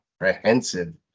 comprehensive